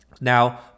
Now